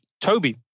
Toby